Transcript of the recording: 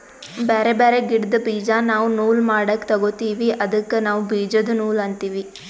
ಬ್ಯಾರೆ ಬ್ಯಾರೆ ಗಿಡ್ದ್ ಬೀಜಾ ನಾವ್ ನೂಲ್ ಮಾಡಕ್ ತೊಗೋತೀವಿ ಅದಕ್ಕ ನಾವ್ ಬೀಜದ ನೂಲ್ ಅಂತೀವಿ